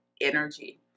energy